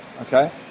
Okay